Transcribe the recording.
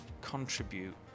contribute